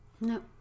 no